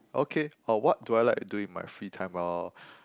okay or what do I like to do in my free time uh